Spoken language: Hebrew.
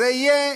זה יהיה